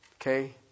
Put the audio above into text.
Okay